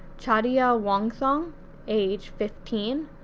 chatiya wongthong age fifteen,